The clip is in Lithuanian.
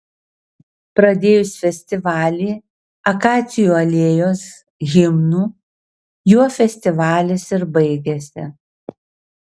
pradėjus festivalį akacijų alėjos himnu juo festivalis ir baigėsi